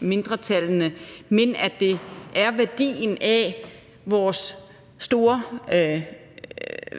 mindretallene, men at det er værdien af vores store